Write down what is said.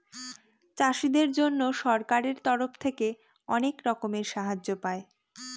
চাষীদের জন্য সরকারের তরফ থেকে অনেক রকমের সাহায্য পায়